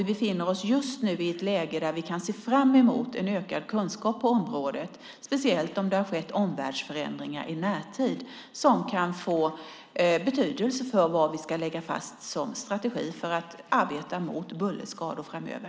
Vi befinner oss just nu i ett läge där vi kan se fram emot en ökad kunskap på området, speciellt om det har skett omvärldsförändringar i närtid som kan få betydelse för vad vi ska lägga fast som strategi för att arbeta mot bullerskador framöver.